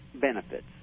benefits